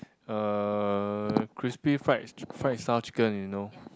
uh crispy fried fried style chicken you know